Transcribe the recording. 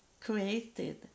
created